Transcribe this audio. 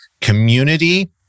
community